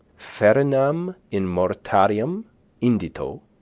farinam in mortarium indito,